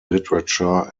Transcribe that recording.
literature